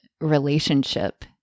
relationship